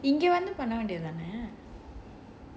இங்க வந்து பண்ண வேண்டியது தானே:inga vandhu panna vaendiyathu thaanae